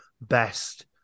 best